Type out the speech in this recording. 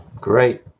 Great